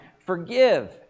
forgive